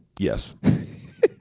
Yes